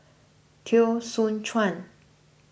Teo Soon Chuan